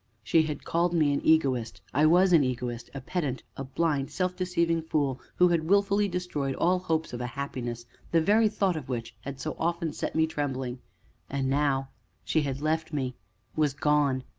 she had called me an egoist i was an egoist, a pedant, a blind, self-deceiving fool who had wilfully destroyed all hopes of a happiness the very thought of which had so often set me trembling and now she had left me was gone!